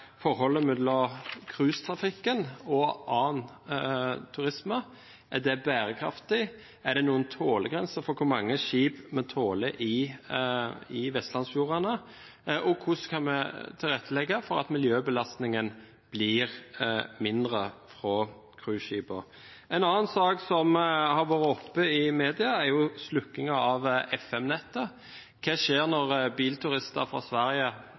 forholdet mellom cruisetrafikken og annen turisme. Er det bærekraftig? Er det noen tålegrense for hvor mange skip en tåler i vestlandsfjordene? Og hvordan kan vi tilrettelegge for at miljøbelastningen fra cruiseskipene blir mindre? En annen sak som har vært oppe i media, er stengingen av FM-nettet. Hva skjer når bilturister fra Sverige,